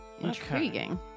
Intriguing